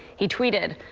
he tweeted,